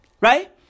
Right